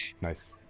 Nice